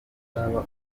uzaba